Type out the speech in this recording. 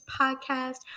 podcast